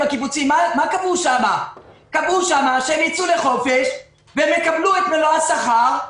הקיבוצי קבעו שהם ייצאו לחופש והם יקבלו את מלוא השכר,